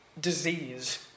disease